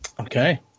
Okay